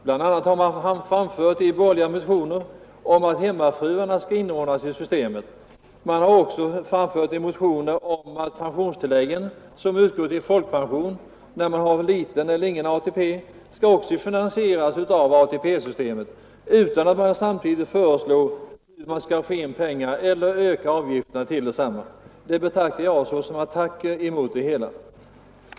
Bl. a. har man i borgerliga motioner föreslagit att hemmafruarna skall inordnas i systemet och man har också motionerat om att pensionstilläggen till folkpensionen som utgår till den som har liten eller ingen ATP skall finansieras genom ATP-systemet — utan att samtidigt föreslå hur fonden skall få in pengarna. Det betraktar jag som attacker mot hela systemet.